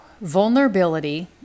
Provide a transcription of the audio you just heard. vulnerability